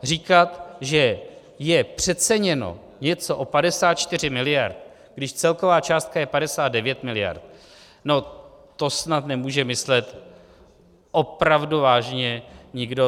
Říkat, že je přeceněno něco o 54 mld., když celková částka je 59 mld., no to snad nemůže myslet opravdu vážně nikdo.